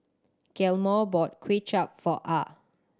Gilmore bought Kway Chap for Ah